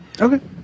Okay